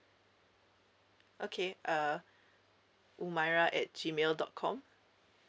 okay uh umairah at G mail dot com